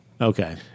Okay